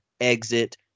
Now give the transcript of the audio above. exit